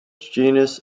genus